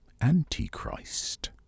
Antichrist